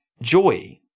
joy